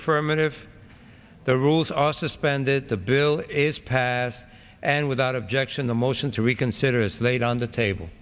affirmative the rules are suspended the bill is passed and without objection the motion to reconsider is laid on the table